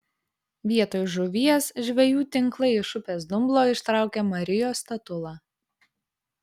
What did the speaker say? vietoj žuvies žvejų tinklai iš upės dumblo ištraukė marijos statulą